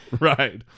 Right